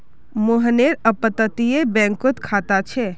मोहनेर अपततीये बैंकोत खाता छे